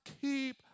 keep